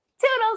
toodles